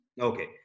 Okay